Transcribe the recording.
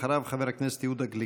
אחריו, חבר הכנסת יהודה גליק.